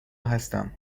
هستم